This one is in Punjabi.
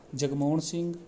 ਜਗਮੋਹਣ ਸਿੰਘ